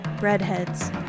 redheads